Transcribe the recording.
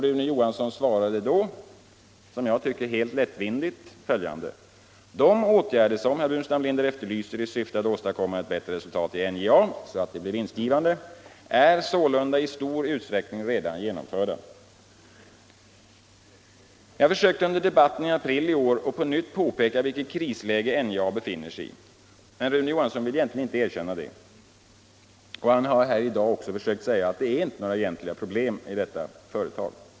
Rune Johansson svarade då, som jag tycker helt lättvindigt följande: ”De åtgärder som herr Burenstam Linder efterlyser i syfte att åstadkomma ett bättre resultat i NJA så att det blir vinstgivande är sålunda i stor utsträckning redan genomförda.” Jag försökte under debatten i april i år på nytt påpeka vilket krisläge NJA befinner sig i, men Rune Johansson vill egentligen inte erkänna det, och han har i dag också försökt säga att det inte är några egentliga problem med detta företag.